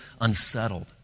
unsettled